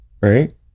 Right